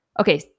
Okay